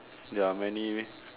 there are many leh